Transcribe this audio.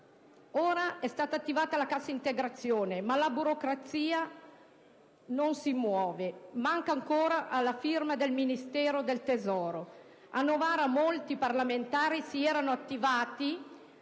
Ora, è stata attivata la cassa integrazione, ma la burocrazia non si muove. Manca ancora la firma del Ministero dell'economia. A Novara molti parlamentari si erano attivati